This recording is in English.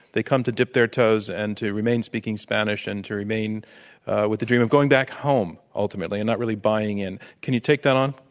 they come to dip their toes and to remain speaking spanish and to remain with the dream of going back home ultimately and not really buying in. can you take that on?